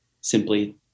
simply